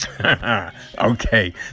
Okay